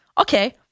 Okay